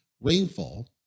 rainfall